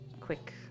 quick